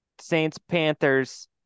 Saints-Panthers